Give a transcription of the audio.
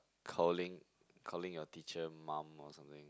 calling calling your teacher mom or something